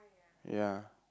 ya